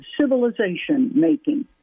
civilization-making